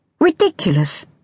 Ridiculous